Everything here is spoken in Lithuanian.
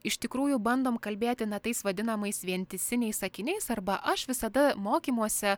iš tikrųjų bandom kalbėti na tais vadinamais vientisiniais sakiniais arba aš visada mokymuose